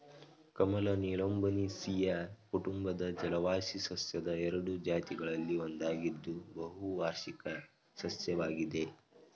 ಕಮಲ ನೀಲಂಬೊನೇಸಿಯಿ ಕುಟುಂಬದ ಜಲವಾಸಿ ಸಸ್ಯದ ಎರಡು ಜಾತಿಗಳಲ್ಲಿ ಒಂದಾಗಿದ್ದು ಬಹುವಾರ್ಷಿಕ ಸಸ್ಯವಾಗಿದೆ